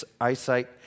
eyesight